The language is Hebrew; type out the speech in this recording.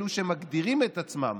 אלה שמגדירים את עצמם